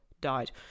died